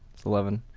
it's eleven.